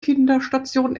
kinderstation